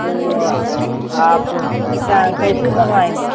तो आप क्या कैसे बनवाएंगे